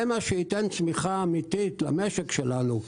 זה מה שייתן צמיחה אמיתית למשק שלנו.